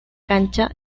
cancha